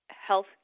health